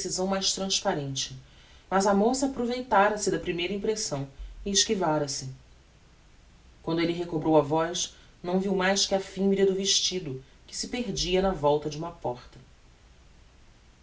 decisão mais transparente mas a moça aproveitara se da primeira impressão e esquivara se quando elle recobrou a voz não viu mais que a fimbria do vestido que se perdia na volta de uma porta